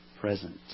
presence